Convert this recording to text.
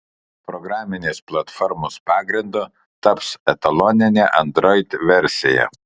programinės platformos pagrindu taps etaloninė android versija